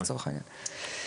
לצורך העניין.